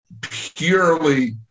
purely